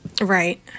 Right